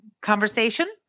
conversation